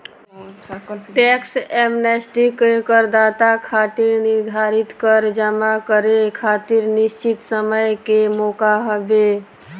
tax amnesty करदाता खातिर निर्धारित कर जमा करे खातिर निश्चित समय के मौका हवे